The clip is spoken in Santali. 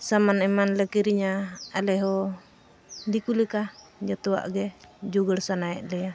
ᱥᱟᱢᱟᱱ ᱮᱢᱟᱱ ᱞᱮ ᱠᱤᱨᱤᱧᱟ ᱟᱞᱮ ᱦᱚᱸ ᱫᱤᱠᱩ ᱞᱮᱠᱟ ᱡᱚᱛᱚᱣᱟᱜ ᱜᱮ ᱡᱩᱜᱟᱹᱲ ᱥᱟᱱᱟᱭᱮᱫ ᱞᱮᱭᱟ